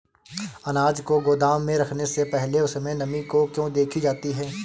अनाज को गोदाम में रखने से पहले उसमें नमी को क्यो देखी जाती है?